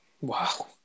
Wow